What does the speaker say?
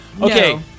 Okay